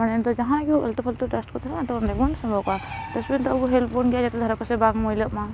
ᱢᱟᱱᱮ ᱫᱚ ᱡᱟᱦᱟᱸ ᱜᱮ ᱟᱞᱛᱩᱯᱷᱟᱞᱛᱩ ᱰᱟᱥᱴ ᱛᱟᱦᱮᱱᱟ ᱟᱫᱚ ᱚᱸᱰᱮ ᱵᱚᱱ ᱥᱟᱵᱟᱣ ᱠᱚᱜᱼᱟ ᱰᱟᱥᱵᱤᱱ ᱫᱚ ᱟᱵᱚᱭ ᱦᱮᱞᱯᱵᱚᱱ ᱜᱮᱭᱟ ᱡᱟᱛᱮ ᱫᱷᱟᱨᱮ ᱯᱟᱥᱮ ᱵᱟᱝ ᱢᱟᱹᱭᱞᱟᱹᱜᱢᱟ